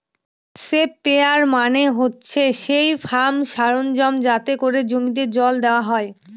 sprayer মানে হচ্ছে সেই ফার্ম সরঞ্জাম যাতে করে জমিতে জল দেওয়া হয়